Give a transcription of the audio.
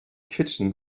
kitchen